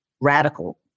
radical